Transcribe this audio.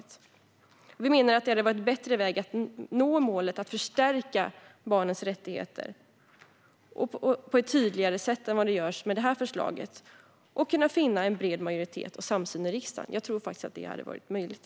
Vi menar att det hade varit en bättre väg att nå målet att förstärka barnens rättigheter på ett tydligare sätt än vad som görs med detta förslag och en bättre väg för att kunna finna en bred majoritet och samsyn i riksdagen. Jag tror att det hade varit möjligt.